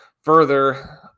further